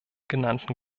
genannten